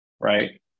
right